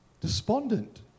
despondent